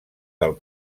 del